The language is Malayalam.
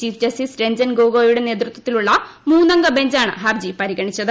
ചീഫ് ജസ്റ്റിസ് രഞ്ജൻ ഗൊഗോയിയുടെ നേതൃത്വത്തിലുള്ള മൂന്നംഗ ബഞ്ചാണ് ഹർജി പരിഗണിച്ചത്